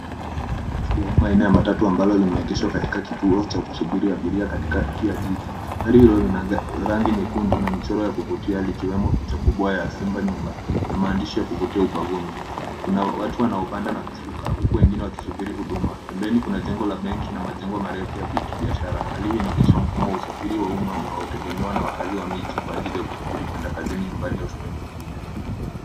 Naona basi la umma aina ya matatu ambayo limeegeshwa katika kituo cha kusubiri abiria katikati ya jiji. Gari hilo lina rangi nyekundu na michoro ya kuvutia likiwemo picha kubwa ya simba nyuma na maandishi ya kuvutia ubavuni. Kuna watu wanaopanda na kushuka huku wengine wakisubiri huduma. Pembeni kuna jengo la benki na majengo marefu ya kibiashara. Hali hii inaonyesha mfumo wa usafiri wa umma unaotegemewa na wakaaji wa mji kwa ajili ya usafiri kuenda kazini, nyumbani au sehemu nyinginezo.